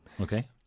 Okay